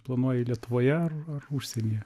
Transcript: planuoji lietuvoje ar ar užsienyje